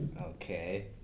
Okay